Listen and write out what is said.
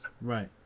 Right